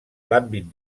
l’àmbit